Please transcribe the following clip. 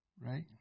right